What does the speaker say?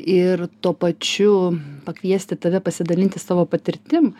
ir tuo pačiu pakviesti tave pasidalinti savo patirtim